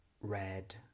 red